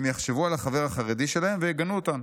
הם יחשבו על החבר החרדי שלהם ויגנו אותן.